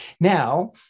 Now